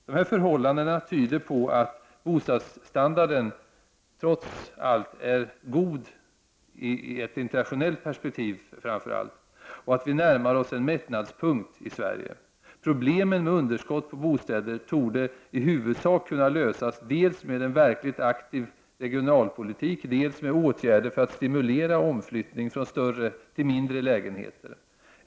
Dessa förhållanden tyder på att bostadsstandarden trots allt är god, framför allt i ett internationellt perspektiv, och att vi närmar oss en mättnadspunkt i Sverige. Problemen med underskott på bostäder torde i huvudsak kunna lösas dels med en verkligt aktiv regionalpolitik, dels med åtgärder för att stimulera omflyttning från större till mindre lägenheter.